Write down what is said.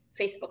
Facebook